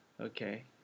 Okay